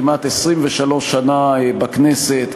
כמעט 23 שנה בכנסת,